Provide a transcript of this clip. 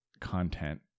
content